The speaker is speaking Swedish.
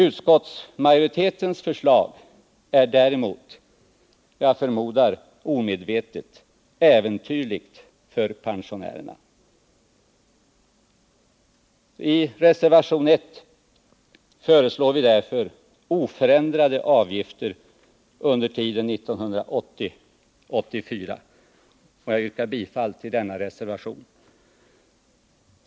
Utskottsmajoritetens förslag är däremot, jag förmodar omedvetet, äventyrligt för pensionärerna. I reservationen 1 föreslår vi oförändrade avgifter under tiden 1980-1984. Jag yrkar bifall till denna reservation.